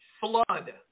flood